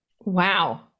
Wow